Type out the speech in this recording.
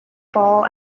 ball